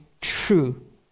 true